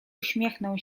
uśmiechnął